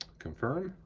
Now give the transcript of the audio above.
confirm,